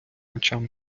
очам